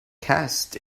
cast